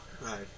Right